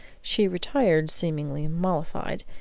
she retired seemingly mollified,